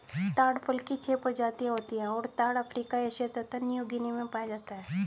ताड़ फल की छह प्रजातियाँ होती हैं और ताड़ अफ्रीका एशिया तथा न्यूगीनी में पाया जाता है